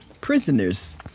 prisoners